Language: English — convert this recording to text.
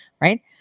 right